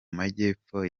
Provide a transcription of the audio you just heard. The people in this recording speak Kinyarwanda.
majyepfo